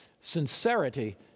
Sincerity